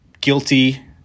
guilty